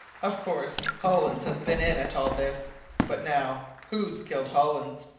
of course, hollins has been in at all this but now who's killed hollins?